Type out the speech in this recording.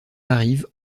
arrive